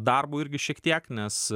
darbu irgi šiek tiek nes